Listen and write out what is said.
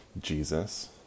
Jesus